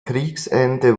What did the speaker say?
kriegsende